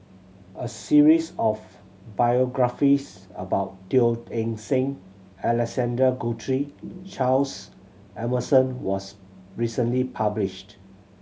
a series of biographies about Teo Eng Seng Alexander Guthrie Charles Emmerson was recently published